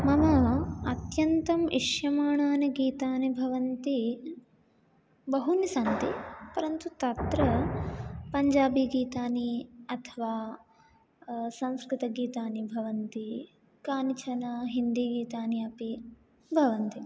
मम अत्यन्तम् इष्यमाणानि गीतानि भवन्ति बहूनि सन्ति परन्तु तत्र पञ्जाबीगीतानि अथवा संस्कृतगीतानि भवन्ति कानिचन हिन्दीगीतानि अपि भवन्ति